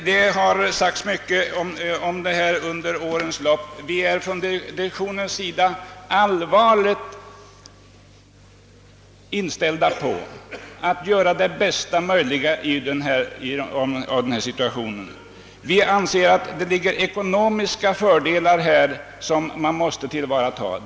Det har sagts mycket i denna fråga under årens lopp. Inom direktionen är vi allvarligt inställda på att göra det bästa möjliga. Vi anser att de ekonomiska fördelar som systemet innebär måste tillvaratas.